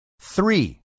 Three